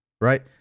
right